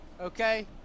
Okay